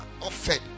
offered